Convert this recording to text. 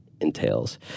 entails